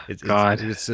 God